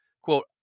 Quote